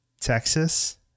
texas